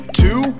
two